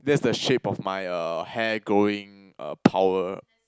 that's the shape of my uh hair growing uh power